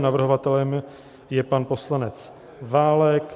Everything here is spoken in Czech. Navrhovatelem je pan poslanec Válek.